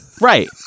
Right